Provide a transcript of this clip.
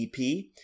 EP